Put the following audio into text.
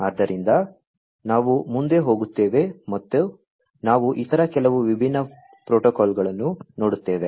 ಆದ್ದರಿಂದ ನಾವು ಮುಂದೆ ಹೋಗುತ್ತೇವೆ ಮತ್ತು ನಾವು ಇತರ ಕೆಲವು ವಿಭಿನ್ನ ಪ್ರೋಟೋಕಾಲ್ಗಳನ್ನು ನೋಡುತ್ತೇವೆ